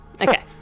Okay